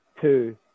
two